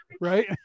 Right